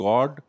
God